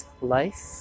life